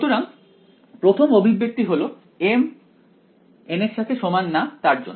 সুতরাং প্রথম অভিব্যক্তি হলো m ≠ n এর জন্য